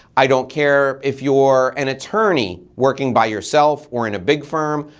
i don't care if you're an attorney working by yourself or in a big firm,